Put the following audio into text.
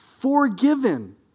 forgiven